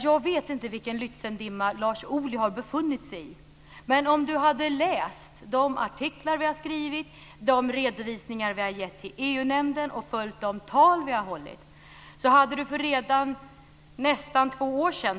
Jag vet inte vilken Lützendimma Lars Ohly har befunnit sig i. Om han hade läst de artiklar vi har skrivit, de redovisningar vi har gett till EU-nämnden och följt de tal vi har hållit hade det framgått för nästan två år sedan.